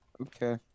Okay